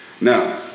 Now